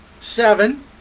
seven